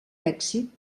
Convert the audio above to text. èxit